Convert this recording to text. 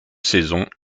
saisons